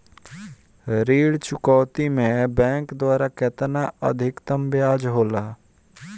ऋण चुकौती में बैंक द्वारा केतना अधीक्तम ब्याज होला?